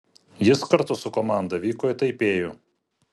jis kartu su komanda vyko į taipėjų